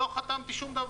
לא חתמתי על שום דבר.